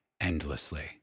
endlessly